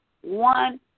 one